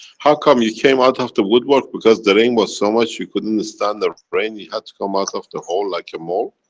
how come you came out of the wood work because the rain was so much you couldn't stand the rain, you had to come out of the hole like a mole?